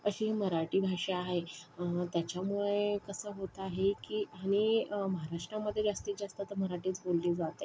अशी ही मराठी भाषा आहे त्याच्यामुळे कसं होत आहे की आणि महाराष्ट्रामध्ये जास्तीत जास्त तर मराठीच बोलली जाते